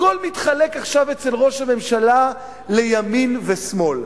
הכול מתחלק עכשיו אצל ראש הממשלה לימין ושמאל.